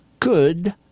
Good